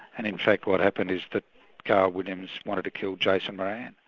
and in fact what happened is that carl williams wanted to kill jason moran,